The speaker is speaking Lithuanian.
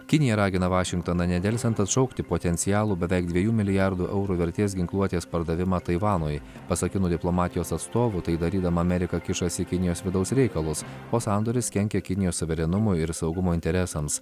kinija ragina vašingtoną nedelsiant atšaukti potencialų beveik dviejų milijardų eurų vertės ginkluotės pardavimą taivanui pasak kinų diplomatijos atstovų tai darydama amerika kišasi į kinijos vidaus reikalus o sandoris kenkia kinijos suverenumo ir saugumo interesams